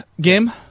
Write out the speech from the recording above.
game